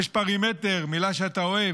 יש פרימטר, מילה שאתה אוהב,